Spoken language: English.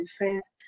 defense